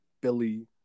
Billy